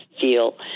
feel